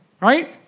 Right